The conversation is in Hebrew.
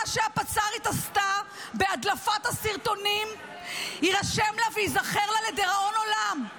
מה שהפצ"רית עשתה בהדלפת הסרטונים יירשם לה וייזכר לה לדיראון עולם.